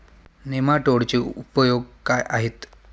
नेमाटोडचे उपयोग काय आहेत?